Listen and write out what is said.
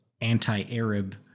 anti-Arab